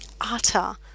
utter